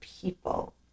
people